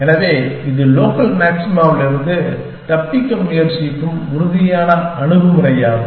எனவே இது லோக்கல் மாக்சிமாவிலிருந்து தப்பிக்க முயற்சிக்கும் உறுதியான அணுகுமுறையாகும்